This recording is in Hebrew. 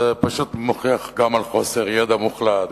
זה פשוט מוכיח גם חוסר ידע מוחלט,